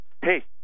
hey